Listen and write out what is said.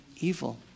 evil